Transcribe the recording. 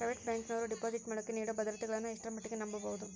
Private ಬ್ಯಾಂಕಿನವರು deposit ಮಾಡೋಕೆ ನೇಡೋ ಭದ್ರತೆಗಳನ್ನು ಎಷ್ಟರ ಮಟ್ಟಿಗೆ ನಂಬಬಹುದು?